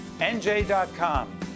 NJ.com